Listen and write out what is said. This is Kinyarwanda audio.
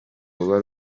ruba